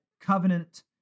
covenant